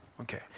okay